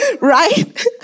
Right